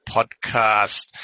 Podcast